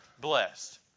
Blessed